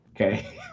Okay